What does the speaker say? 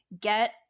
get